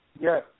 Yes